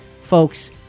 Folks